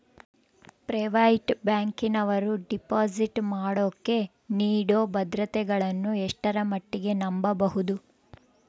Private ಬ್ಯಾಂಕಿನವರು deposit ಮಾಡೋಕೆ ನೇಡೋ ಭದ್ರತೆಗಳನ್ನು ಎಷ್ಟರ ಮಟ್ಟಿಗೆ ನಂಬಬಹುದು?